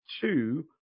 two